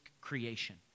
creation